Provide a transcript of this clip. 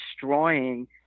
destroying